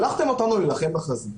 שלחתם אותנו להילחם בחזית,